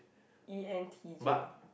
e_n_t_j